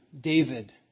David